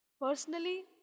personally